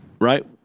Right